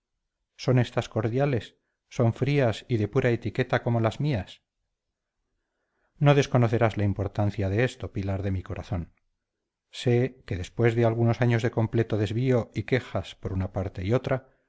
son estas cordiales son frías y de pura etiqueta como las mías no desconocerás la importancia de esto pilar de mi corazón sé que después de algunos años de completo desvío y quejas por una parte y otra